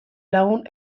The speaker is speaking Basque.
lagun